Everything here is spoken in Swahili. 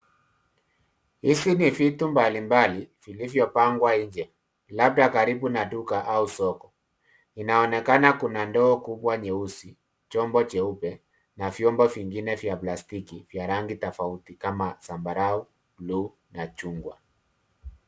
Hizi ni vitu mbalimbali vilivyopangwa nje, labda karibu na duka au soko. Inaonekana kuna ndoo kubwa nyeusi, chombo cheupe, na vyombo vingine vya plastiki vya rangi tofauti kama zambarau, bluu, na chungwa.